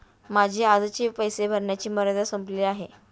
माझी आजची पैसे भरण्याची मर्यादा संपली आहे